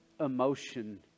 emotion